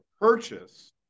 purchase